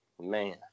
Man